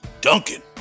Duncan